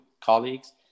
colleagues